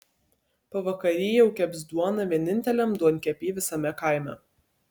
pavakary jau keps duoną vieninteliam duonkepy visame kaime